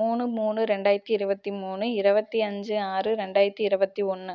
மூணு மூணு ரெண்டாயிரத்தி இருபத்திமூணு இருபத்தி அஞ்சு ஆறு ரெண்டாயிரத்தி இருபத்தி ஒன்று